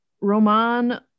Roman